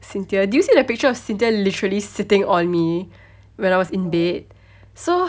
cynthia did you see the picture of cynthia literally sitting on me when I was in bed so